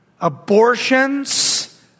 Abortions